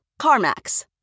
CarMax